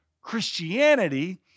Christianity